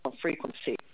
frequency